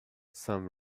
some